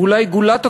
ואולי גולת הכותרת,